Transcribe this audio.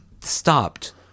stopped